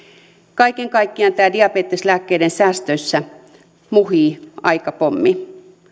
kaiken kaikkiaan diabeteslääkkeiden säästöissä muhii aikapommi